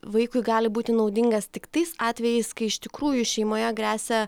vaikui gali būti naudingas tik tais atvejais kai iš tikrųjų šeimoje gresia